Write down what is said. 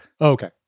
Okay